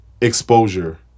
exposure